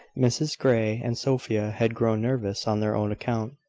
mrs grey and sophia had grown nervous on their own account.